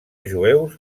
jueus